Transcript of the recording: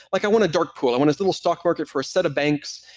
like, i want a dark pool. i want this little stock market for a set of banks.